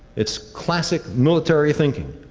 it's classic military thinking.